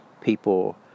people